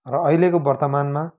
र अहिलेको वर्तमानमा